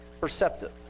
perceptive